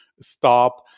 stop